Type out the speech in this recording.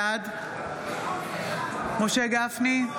בעד משה גפני,